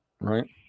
right